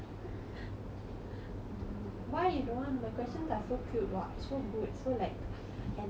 why you don't want my questions are so cute what so good so like enlightening and deep